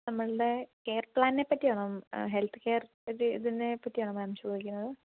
നമ്മുടെ കെയർ പ്ലാനിനെ പറ്റിയാണോ ഹെൽത്ത് കെയർ ഒരു ഇതിനെ പറ്റിയാണോ മാം ചോദിക്കുന്നത്